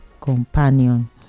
companion